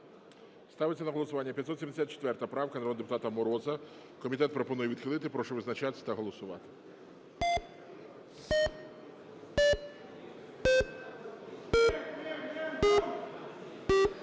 Ставиться на голосування 574 правка народного депутата Мороза. Комітет пропонує відхилити. Прошу визначатись та голосувати.